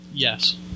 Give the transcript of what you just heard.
Yes